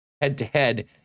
head-to-head